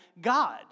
God